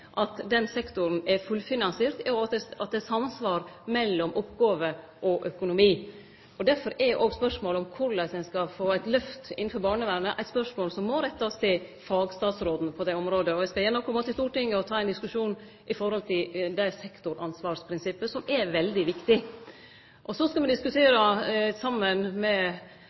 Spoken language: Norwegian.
spørsmålet om korleis ein skal få eit lyft innanfor barnevernet, eit spørsmål som må rettast til fagstatsråden på det området. Eg skal gjerne kome til Stortinget og ta ein diskusjon om sektoransvarsprinsippet, som er veldig viktig. Og så skal me i Kommunal- og regionaldepartementet saman med